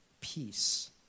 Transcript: peace